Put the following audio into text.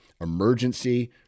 emergency